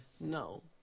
no